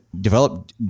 develop